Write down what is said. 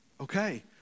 Okay